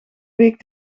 week